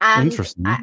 Interesting